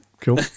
cool